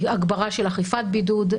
הגברה של אכיפת בידוד,